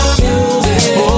music